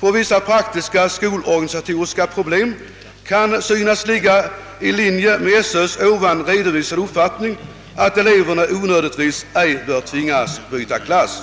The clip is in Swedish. på vissa praktiska skolorganisatoriska problem kan synas ligga i linje med SöÖ:s ovan redovisade uppfattning att eleverna onödigtvis ej bör tvingas byta klass.